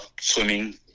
swimming